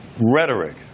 Rhetoric